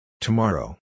Tomorrow